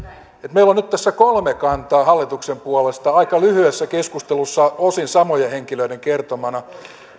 meillä on nyt tässä kolme kantaa hallituksen puolesta aika lyhyessä keskustelussa osin samojen henkilöiden kertomana